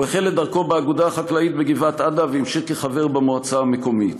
הוא החל את דרכו באגודה החקלאית בגבעת-עדה והמשיך כחבר במועצה המקומית.